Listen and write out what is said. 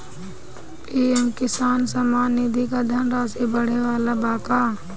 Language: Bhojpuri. पी.एम किसान सम्मान निधि क धनराशि बढ़े वाला बा का?